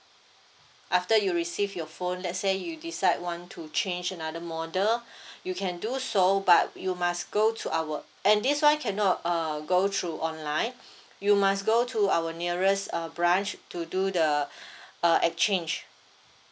after you receive your phone let's say you decide want to change another model you can do so but you must go to our and this [one] cannot uh go through online you must go to our nearest uh branch to do the uh exchange